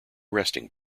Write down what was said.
resting